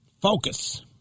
Focus